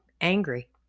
angry